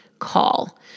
call